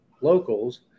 locals